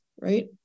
right